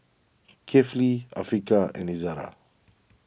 Kefli Afiqah and Izara